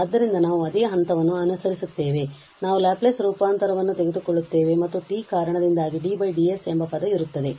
ಆದ್ದರಿಂದ ನಾವು ಅದೇ ಹಂತವನ್ನು ಅನುಸರಿಸುತ್ತೇವೆ ನಾವು ಲ್ಯಾಪ್ಲೇಸ್ ರೂಪಾಂತರವನ್ನು ತೆಗೆದುಕೊಳ್ಳುತ್ತೇವೆ ಮತ್ತು t ಕಾರಣದಿಂದಾಗಿ dds ಎಂಬ ಪದ ಇರುತ್ತದೆ